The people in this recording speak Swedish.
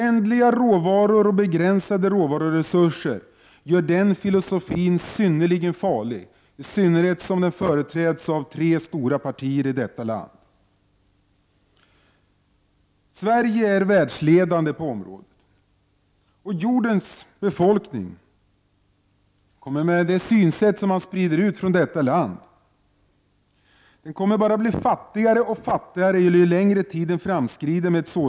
Ändliga råvaror och begränsade råvaruresurser gör den filosofin synnerligen farlig, i synnerhet som den företräds av tre stora partier i detta land. Sverige är världsledande på området, och jordens befolkning kommer med det synsätt som sprids ut från detta land bara att bli fattigare och fattigare ju längre tiden framskrider.